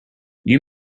you